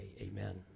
Amen